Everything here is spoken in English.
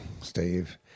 Steve